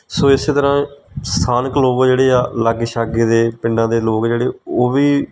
ਸੋ ਇਸੇ ਤਰ੍ਹਾਂ ਸਥਾਨਕ ਲੋਕ ਜਿਹੜੇ ਆ ਲਾਗੇ ਛਾਗੇ ਦੇ ਪਿੰਡਾਂ ਦੇ ਲੋਕ ਜਿਹੜੇ ਉਹ ਵੀ